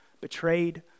betrayed